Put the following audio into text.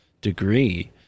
degree